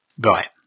Right